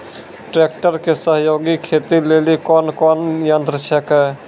Tractor के सहयोगी खेती लेली कोन कोन यंत्र छेकै?